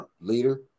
leader